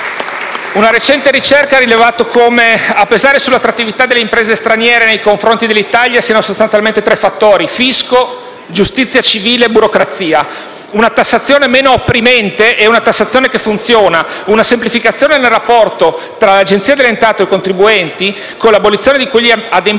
Una recente ricerca ha rilevato come a pesare sull'attrattività dell'Italia nei confronti delle imprese straniere siano sostanzialmente tre fattori: fisco, giustizia civile e burocrazia. Una tassazione meno opprimente è una tassazione che funziona; una semplificazione del rapporto fra Agenzia delle entrate e contribuenti, con l'abolizione di quegli adempimenti